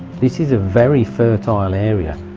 this is a very fertile area,